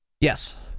Yes